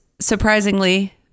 surprisingly